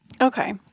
Okay